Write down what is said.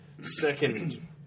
Second